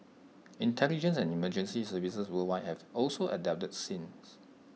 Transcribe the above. intelligence and emergency services worldwide have also adapted since